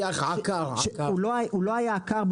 שהוא לא היה --- שיח עקר.